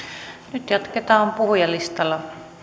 nyt jatketaan puhujalistalla